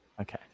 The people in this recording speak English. Okay